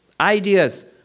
ideas